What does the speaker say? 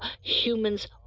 humans